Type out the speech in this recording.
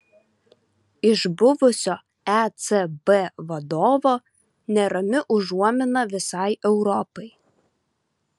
iš buvusio ecb vadovo nerami užuomina visai europai